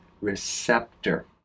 receptor